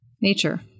Nature